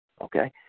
okay